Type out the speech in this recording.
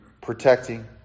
protecting